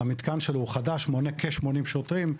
המתקן שלו הוא חדש, מונה כ-80 שוטרים,